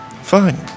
Fine